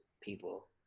people